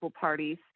parties